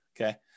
Okay